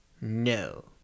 no